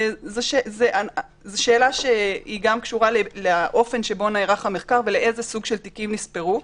זאת שאלה שגם קשורה לאופן שבו נערך המחקר ולאיזה סוג של תיקים נספרו,